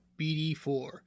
BD4